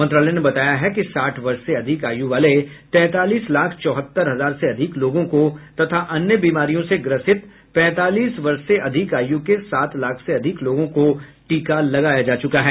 मंत्रालय ने बताया है कि साठ वर्ष से अधिक आयु वाले तैंतालीस लाख चौहत्तर हजार से अधिक लोगों को तथा अन्य बीमारियों से ग्रसित पैंतालीस वर्ष से अधिक आयु के सात लाख से अधिक लोगों को टीका लगाया जा चूका है